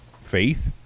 faith